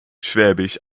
schwäbisch